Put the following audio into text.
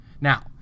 Now